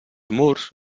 murs